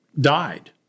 died